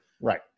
right